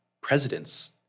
presidents